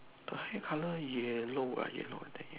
the hair colour yellow uh yellow I think ya